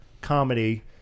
comedy